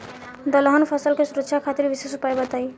दलहन फसल के सुरक्षा खातिर विशेष उपाय बताई?